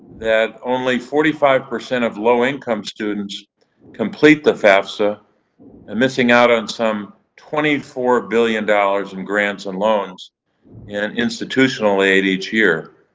that only forty five percent of low income students complete the fafsa and missing out on some twenty four billion dollars in grants and loans and institutional aid each year.